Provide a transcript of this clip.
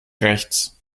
rechts